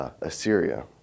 Assyria